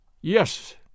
Yes